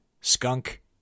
skunk